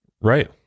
Right